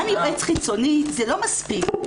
גם יועץ חיצוני זה לא מספיק.